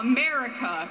America